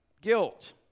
guilt